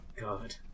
God